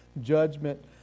judgment